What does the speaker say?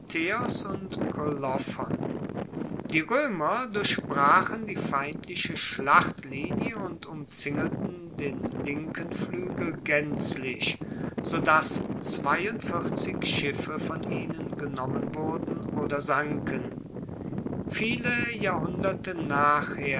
und kolophon die roemer durchbrachen die feindliche schlachtlinie und umzingelten den linken fluegel gaenzlich so dass schiffe von ihnen genommen wurden oder sanken viele jahrhunderte